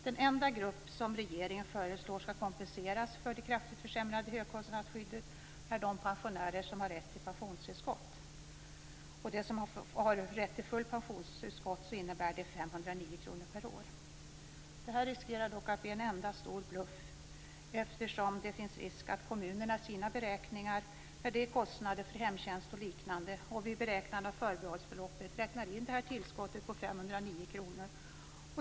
Den enda grupp som regeringen föreslår skall kompenseras för det kraftigt försämrade högkostnadsskyddet är de pensionärer som har rätt till pensionstillskott. För dem som har rätt till fullt pensionstillskott innebär det 509 kr per år. Detta riskerar dock att bli en enda stor bluff, eftersom det finns risk att kommunerna i sina beräkningar av kostnader för hemtjänst och liknande och av förbehållsbeloppet räknar in detta tillskott på 509 kr.